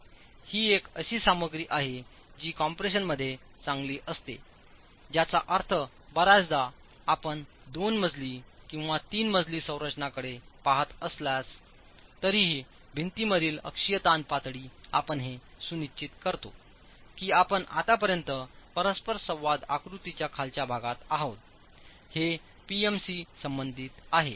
ही एक अशी सामग्री आहे जी कम्प्रेशनमध्ये चांगली असते ज्याचा अर्थ बर्याचदा आपण दोन मजली तीन मजली रचनांकडे पहात असलात तरीही भिंतीमधील अक्षीय ताण पातळी आपण हे सुनिश्चित करतो की आपण आतापर्यंत परस्पर संवाद आकृतीच्या खालच्या भागात आहात हे P M शी संबंधित आहे